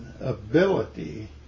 ability